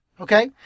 Okay